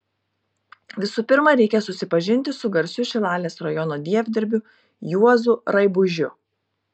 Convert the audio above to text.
visų pirma reikia supažindinti su garsiu šilalės rajono dievdirbiu juozu raibužiu